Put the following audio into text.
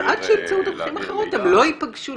אז עד שימצאו דרכים אחרות הם לא ייפגשו,